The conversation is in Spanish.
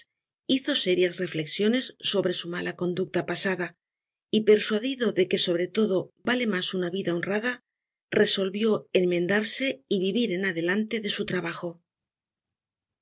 hizo sérias reflecsiones sobre su mala conducta pasada y persuadido'de que sobre todo vale mas una vida honrada resolvió enmendarse y vivir en adelante de su trabajo